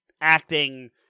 acting